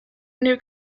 new